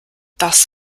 das